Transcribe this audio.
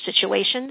situations